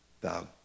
Thou